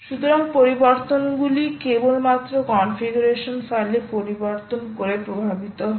সুতরাং পরিবর্তনগুলি কেবলমাত্র কনফিগারেশন ফাইল এ পরিবর্তন করে প্রভাবিত হয়